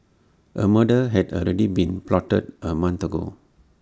A murder had already been plotted A month ago